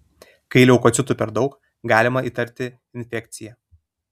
kai leukocitų per daug galima įtarti infekciją